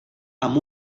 amb